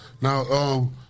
Now